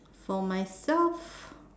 for myself